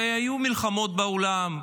הרי היו מלחמות בעולם,